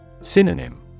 Synonym